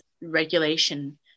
regulation